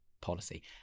policy